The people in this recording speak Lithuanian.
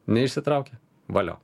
neišsitraukė valio